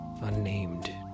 unnamed